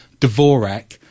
Dvorak